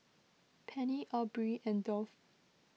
Penny Aubrey and Dolph